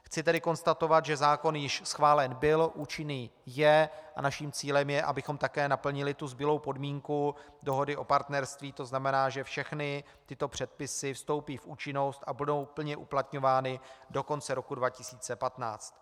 Chci tedy konstatovat, že zákon již schválen byl, účinný je a naším cílem je, abychom také naplnili tu zbylou podmínku dohody o partnerství, to znamená, že všechny tyto předpisy vstoupí v účinnost a budou plně uplatňovány do konce roku 2015.